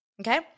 Okay